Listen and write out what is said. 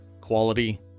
Quality